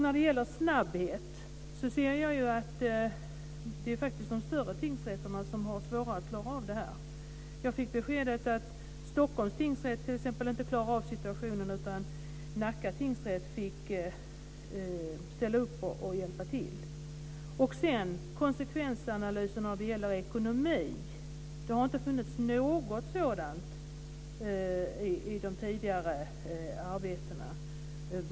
När det gäller snabbhet ser jag att det är de större tingsrätterna som faktiskt har det svårast att klara detta. Jag har fått beskedet att Stockholms tingsrätt t.ex. inte klarar av situationen. Nacka tingsrätt fick ställa upp och hjälpa till. Det har inte heller funnits någon konsekvensanalys när det gäller ekonomi i de tidigare arbetena.